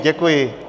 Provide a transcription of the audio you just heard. Děkuji.